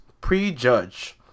prejudge